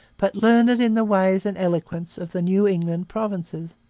but learned in the ways and eloquence of the new england provinces,